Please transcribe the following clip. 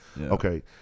Okay